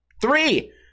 Three